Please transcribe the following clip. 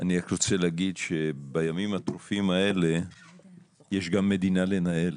אני רק רוצה להגיד שבימים הטרופים האלה יש גם מדינה לנהל,